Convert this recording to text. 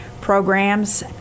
programs